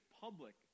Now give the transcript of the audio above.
public